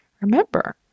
Remember